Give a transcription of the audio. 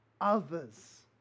others